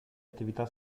attività